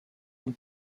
vous